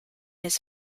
his